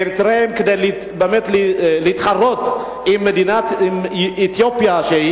אריתריאים באים להתחרות באתיופיה,